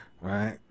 right